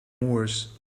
moors